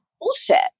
bullshit